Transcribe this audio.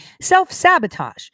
Self-sabotage